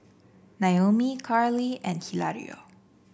Naomi Carlee and Hilario